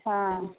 हाँ